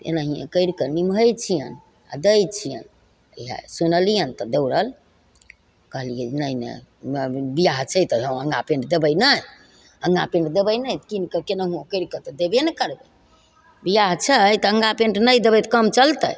एनाहिए करिके निभबै छिअनि आओर दै छिअनि इएह सुनलिअनि दौड़ल कहलिए जे नहि नहि बिआह छै तऽ हँ अङ्गा पैन्ट देबै नहि अङ्गा पैन्ट देबै नहि किनिके कोनाहिओ करिके तऽ देबे ने करबै बिआह छै तऽ अङ्गा पैन्ट देबै नहि तऽ काम चलतै तऽ